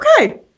okay